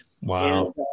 Wow